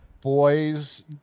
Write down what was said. Boys